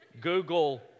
Google